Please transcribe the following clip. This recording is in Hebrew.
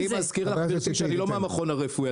אני מזכיר לגברתי שאני לא מן המכון הרפואי.